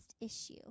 issue